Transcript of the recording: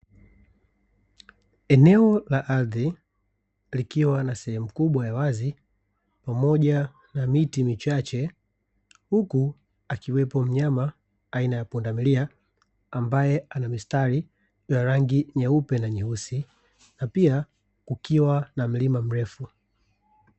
Eneo la ardhi likiwa na sehemu kubwa ya wazi, pamoja na miti michache huku akiwepo mnyama aina ya pundamilia ambaye ana mistari ya rangi nyeupe na nyeusi na pia kukiwa na mlima mrefu.